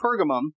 Pergamum